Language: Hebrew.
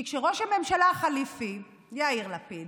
כי כשראש הממשלה החליפי יאיר לפיד